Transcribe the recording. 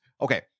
Okay